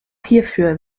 hierfür